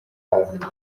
earth